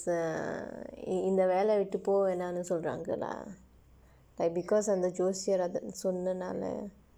uh இந்த வேலை விட்டு போக வேணாம் சொல்றாங்களா:indtha veelai vitdu pooka veenaam solraangkalaa like because of the ஜோசியர் அத சொன்னனால:joosiyar atha sonnanaala